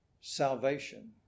salvation